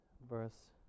verse